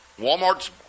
Walmart's